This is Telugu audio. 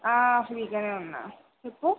ఫ్రీగా ఉన్న చెప్పు